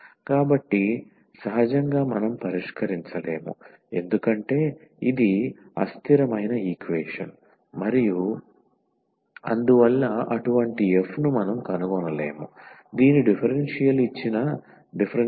కాబట్టి సహజంగా మనం పరిష్కరించలేము ఎందుకంటే ఇది అస్థిరమైన ఈక్వేషన్ మరియు అందువల్ల అటువంటి f ను మనం కనుగొనలేము దీని డిఫరెన్షియల్ ఇచ్చిన డిఫరెన్షియల్ ఈక్వేషన్